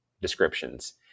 descriptions